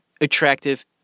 attractive